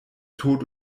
tod